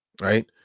right